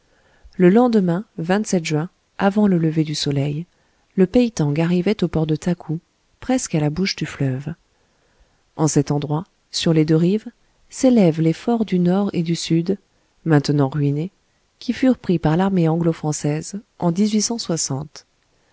le lendemain juin avant le lever du soleil le peï tang arrivait au port de takou presque à la bouche du fleuve en cet endroit sur les deux rives s'élèvent les forts du nord et du sud maintenant ruinés qui furent pris par l'armée anglofrançaise en